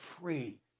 free